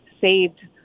saved